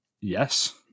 Yes